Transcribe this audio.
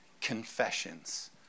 confessions